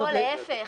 לא, להיפך.